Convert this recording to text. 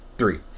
three